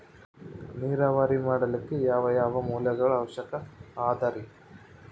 ನೇರಾವರಿ ಮಾಡಲಿಕ್ಕೆ ಯಾವ್ಯಾವ ಮೂಲಗಳ ಅವಶ್ಯಕ ಅದರಿ?